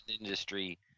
industry